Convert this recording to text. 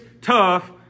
tough